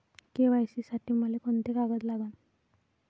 KYC साठी मले कोंते कागद लागन?